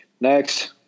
Next